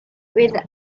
with